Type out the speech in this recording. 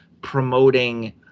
promoting